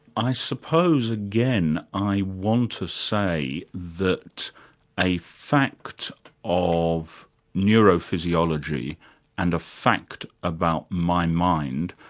i suppose again, i want to say that a fact of neuro-physiology and a fact about my mind,